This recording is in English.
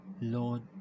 Lord